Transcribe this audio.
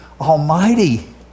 Almighty